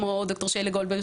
כמו שיילה גולדברג,